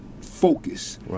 focus